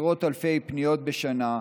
עשרות אלפי פניות בשנה,